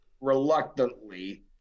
reluctantly